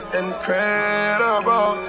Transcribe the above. incredible